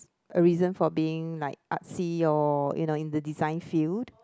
a reason for being like artsy or you know in the design field